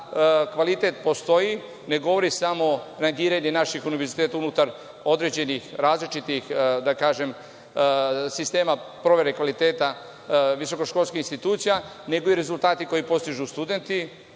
kvalitet postoji ne govori samo negiranje naših univerziteta unutar određenih različitih da kažem, sistema provere kvaliteta visokoškolskih institucija, nego i rezultati koji postižu studenti